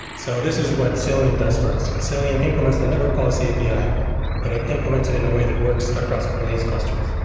so this is what cilium does for us. so cilium implements the network policy api, but it implements it in a way that works across kubernetes clusters,